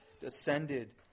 descended